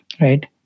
right